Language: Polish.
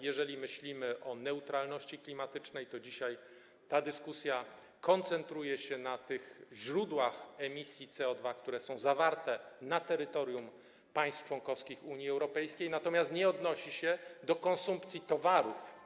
Jeżeli myślimy o neutralności klimatycznej, to dzisiaj ta dyskusja koncentruje się na tych źródłach emisji CO2, które są zawarte na terytorium państw członkowskich Unii Europejskiej, natomiast nie odnosi się do konsumpcji towarów.